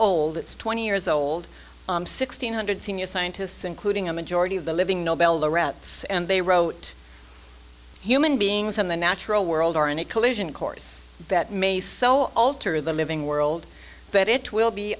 old it's twenty years old sixteen hundred senior scientists including a majority of the living nobel the rats they wrote human beings in the natural world are on a collision course that may so alter the living world that it will be